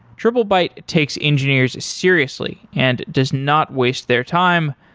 triplebyte takes engineers seriously and does not waste their time,